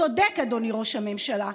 צודק אדוני ראש הממשלה,